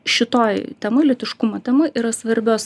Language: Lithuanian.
šitoj temoj lytiškumo temoj yra svarbios